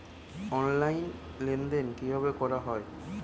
Online লেনদেন কিভাবে করা হয়?